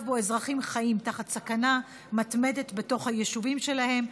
שבו אזרחים חיים תחת סכנה מתמדת בתוך היישובים שלהם,